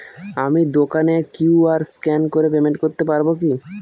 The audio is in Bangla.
আমি দোকানে কিউ.আর স্ক্যান করে পেমেন্ট করতে পারবো কি?